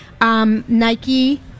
Nike